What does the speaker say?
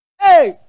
Hey